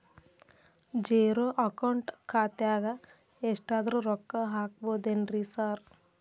Zero account ಖಾತ್ಯಾಗ ಎಷ್ಟಾದ್ರೂ ರೊಕ್ಕ ಹಾಕ್ಬೋದೇನ್ರಿ ಸಾರ್?